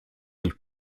nicht